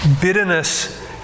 Bitterness